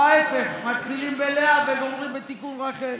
או ההפך, מתחילים בלאה וגומרים בתיקון רחל.